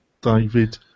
David